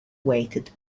waited